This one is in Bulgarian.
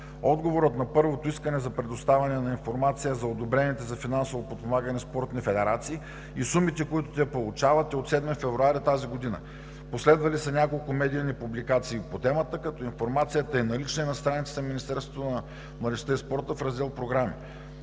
Отговорът на първото искане за предоставяне на информация за одобрените за финансово подпомагане на спортните федерации и сумите, които те получават, е от 7 февруари тази година. Последвали са няколко медийни публикации по темата, като информацията е налична и е на страницата на Министерството на младежта и спорта, в Раздел „Програми“.